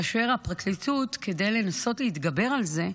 כאשר הפרקליטות, כדי לנסות להתגבר על זה,